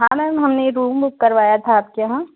हाँ मैम हमने room book करवाया था आपके यहाँ